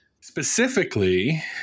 Specifically